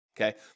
okay